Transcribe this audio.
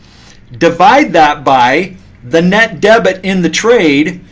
divide that by the net debit in the trade,